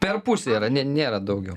per pusę yra ne nėra daugiau